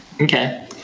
Okay